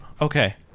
Okay